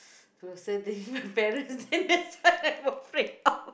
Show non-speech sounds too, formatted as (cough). closer than your parents (laughs) then that's what I'm afraid of (laughs)